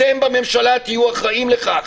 אתם בממשלה תהיו אחראים לכך.